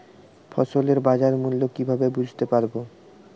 ফসলের বাজার মূল্য কিভাবে বুঝতে পারব?